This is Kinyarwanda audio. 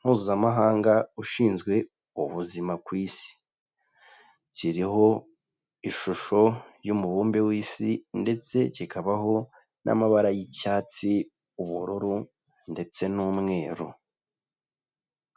Mpuzamahanga ushinzwe ubuzima ku si, kiriho ishusho y'umubumbe w'isi ndetse kikabaho n'amabara y'icyatsi, ubururu ndetse n'umweru.